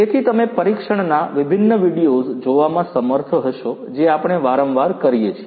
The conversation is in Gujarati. તેથી તમે પરીક્ષણના વિભિન્ન વિડિઓઝ જોવામાં સમર્થ હશો જે આપણે વારંવાર કરીએ છીએ